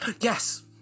Yes